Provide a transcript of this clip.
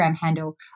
handle